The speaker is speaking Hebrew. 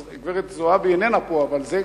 אז גברת זועבי איננה פה, אבל זה,